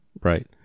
right